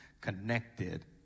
connected